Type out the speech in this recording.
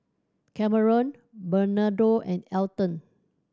Kameron Bernardo and Elton